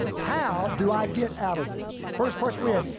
how do i get out of this? first question we ask.